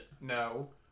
no